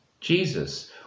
Jesus